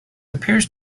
appears